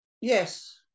Yes